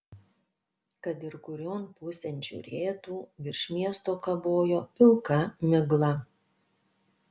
kad ir kurion pusėn žiūrėtų virš miesto kabojo pilka migla